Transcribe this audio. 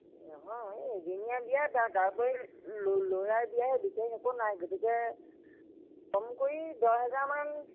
নহয় এদিনীয়া বিয়া তাৰোপৰি ল'ৰাৰ বিয়া হে বিশেষ একো নাই গতিকে কম কৰি দহ হেজাৰ মান